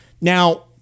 Now